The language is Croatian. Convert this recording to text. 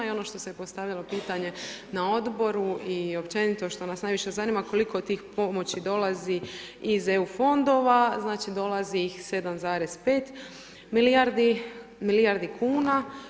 I ono što se postavljalo pitanje na Odboru i općenito što nas najviše zanima koliko tih pomoći dolazi iz EU fondova, znači, dolazi ih 7,5 milijardi kuna.